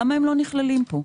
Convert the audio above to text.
למה הם לא נכללים פה?